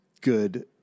good